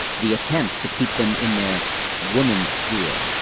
the attempt to keep them in their woman's sphere.